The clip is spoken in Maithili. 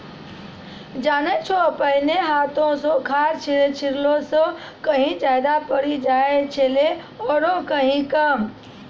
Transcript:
जानै छौ पहिने हाथों स खाद छिड़ला स कहीं ज्यादा पड़ी जाय छेलै आरो कहीं कम